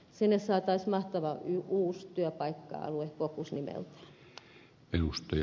sinne saataisiin mahtava uusi työpaikka alue focus nimeltään